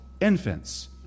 infants